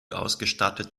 ausgestattet